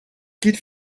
quitte